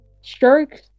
sharks